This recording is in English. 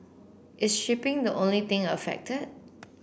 is shipping the only thing affected